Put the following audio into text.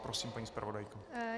Prosím, paní zpravodajko.